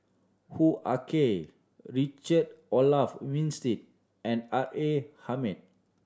Hoo Ah Kay Richard Olaf Winstedt and R A Hamid